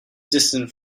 distant